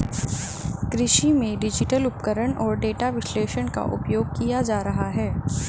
कृषि में डिजिटल उपकरण और डेटा विश्लेषण का उपयोग किया जा रहा है